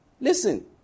Listen